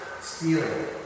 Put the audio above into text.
stealing